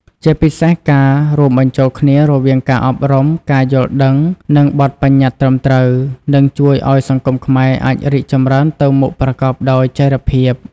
ជាពិសេសការរួមបញ្ចូលគ្នារវាងការអប់រំ ការយល់ដឹង និងបទប្បញ្ញត្តិត្រឹមត្រូវ នឹងជួយឲ្យសង្គមខ្មែរអាចរីកចម្រើនទៅមុខប្រកបដោយចីរភាព ។